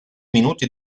minuti